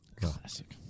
Classic